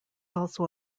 also